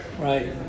Right